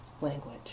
language